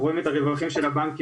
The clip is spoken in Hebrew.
אנחנו רואים את הרווחים של הבנקים,